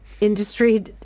industry